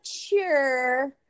sure